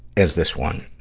as this one.